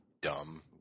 dumb